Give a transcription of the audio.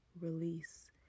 release